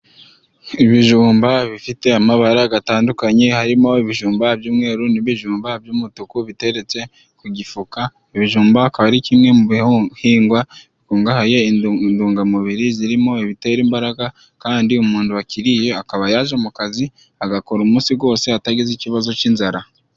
Ibijumba bifite amabara atandukanye. Harimo ibijumba by'umweru, n'ibijumba by'umutuku. Biteretse ku gifuka ibijumba akaba ari kimwe mu bihingwa bikungahaye ku indungamubiri, zirimo ibitera imbaraga. Kandi umuntu wakiriye akaba yajya mu kazi agakora umunsi wose atagize ikibazo cy'inzara.